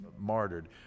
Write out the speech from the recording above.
martyred